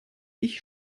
ich